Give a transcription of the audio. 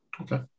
okay